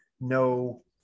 no